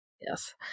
Yes